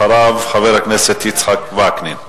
אחריו, חבר הכנסת יצחק וקנין.